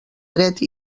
dret